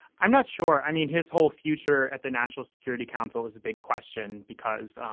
i'm not sure. i mean, his whole future at the national security council is a big question, because um